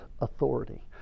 authority